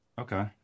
Okay